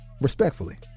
respectfully